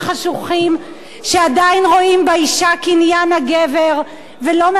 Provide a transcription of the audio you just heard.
שעדיין רואים באשה קניין הגבר ולא מאפשרים לנו,